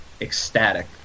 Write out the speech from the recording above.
ecstatic